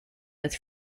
with